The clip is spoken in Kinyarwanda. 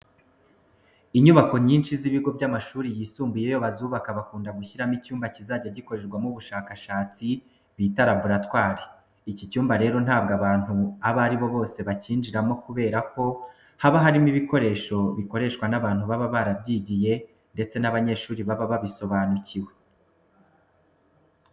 Inyubako nyinshi z'ibigo by'amashuri yisumbuye iyo bazubaka bakunda gushyiramo icyumba kizajya gikorerwamo ubushakashatsi bita laboratwari. Iki cyumba rero ntabwo abantu abo ari bo bose bakinjiramo kubera ko haba harimo ibikoresho bikoreshwa n'abantu baba barabyigiye ndetse n'abanyeshuri baba babisobanuriwe.